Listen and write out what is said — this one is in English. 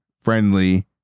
friendly